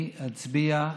אני אצביע,